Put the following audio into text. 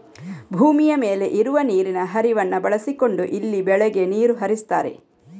ಭೂಮಿಯ ಮೇಲೆ ಇರುವ ನೀರಿನ ಹರಿವನ್ನ ಬಳಸಿಕೊಂಡು ಇಲ್ಲಿ ಬೆಳೆಗೆ ನೀರು ಹರಿಸ್ತಾರೆ